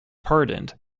pardoned